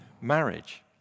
marriage